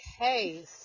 okay